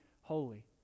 holy